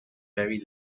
very